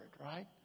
right